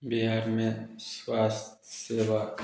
बिहार में स्वास्थ्य सेवा